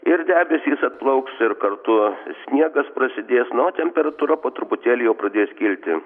ir debesys atplauks ir kartu sniegas prasidės na o temperatūra po truputėlį jau pradės kilti